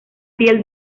piel